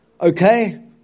Okay